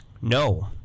No